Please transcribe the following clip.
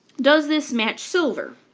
does this match silver?